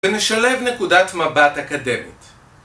ונשלב נקודת מבט אקדמית.